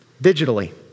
digitally